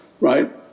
right